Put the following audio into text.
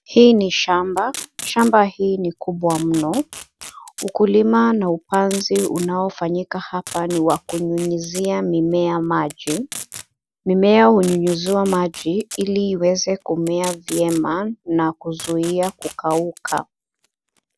Hii ni shamba. Shamba hii ni kubwa mno. Ukulima na upanzi unaofanyika hapa ni wa kunyunyizia mimea maji. Mimea hunyunyiziwa maji ili iweze kumea tena na kuzuia kukauka.